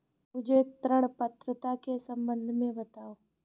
मुझे ऋण पात्रता के सम्बन्ध में बताओ?